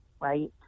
right